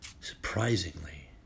surprisingly